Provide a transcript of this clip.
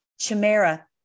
Chimera